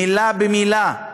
מילה במילה,